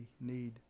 need